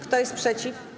Kto jest przeciw?